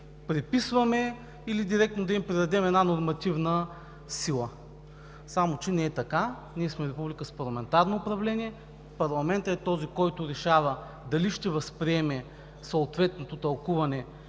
преписваме или директно да им придадем една нормативна сила, само че не е така. Ние сме република с парламентарно управление. Парламентът е този, който решава дали ще възприеме съответното тълкуване